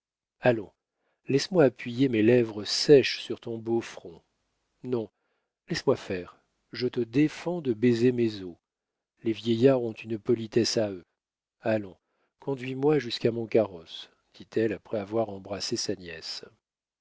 allons laisse-moi appuyer mes lèvres sèches sur ton beau front non laisse-moi faire je te défends de baiser mes os les vieillards ont une politesse à eux allons conduis-moi jusqu'à mon carrosse dit-elle après avoir embrassé sa nièce